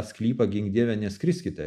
sklypą gink dieve neskriskite